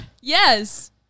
Yes